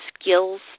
skills